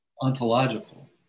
ontological